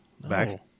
back